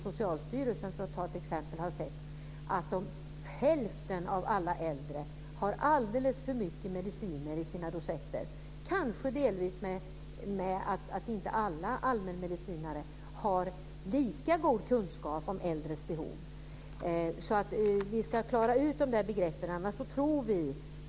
Socialstyrelsen har, för att ta ett exempel, sagt att hälften av alla äldre har alldeles för mycket mediciner i sina dosetter, kanske delvis beroende på att inte alla allmänmedicinare har lika god kunskap om äldres behov. Vi ska klara ut begreppen.